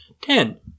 Ten